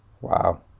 Wow